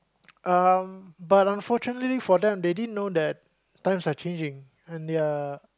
um but unfortunately for them they didn't know that times are changing and they're